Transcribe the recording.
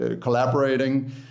collaborating